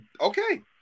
Okay